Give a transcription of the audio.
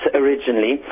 originally